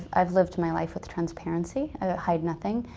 i've lived my life with transparency. i hide nothing.